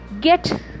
get